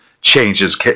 changes